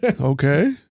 Okay